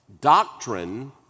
Doctrine